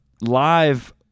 live